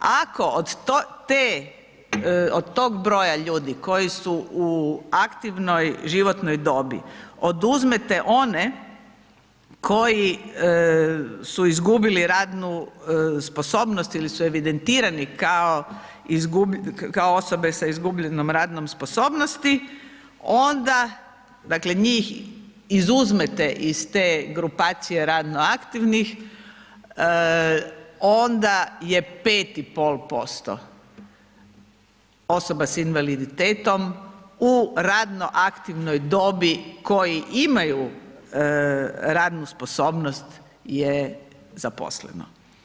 Ako od tog broja ljudi koji su u aktivnoj životnoj dobi, oduzmete one koji su izgubili radnu sposobnost ili su evidentirani kao osobe s izgubljenom radnom sposobnosti, onda njih izuzmete iz te grupacije radno aktivnih, onda je 5,5% osoba s invaliditetom u radno aktivnoj dobi, koji imaju radnu sposobnost je zaposleno.